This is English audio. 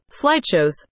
slideshows